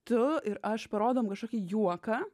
tu ir aš parodom kažkokį juoką